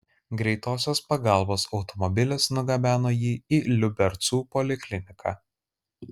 greitosios pagalbos automobilis nugabeno jį į liubercų polikliniką